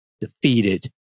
defeated